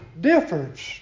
difference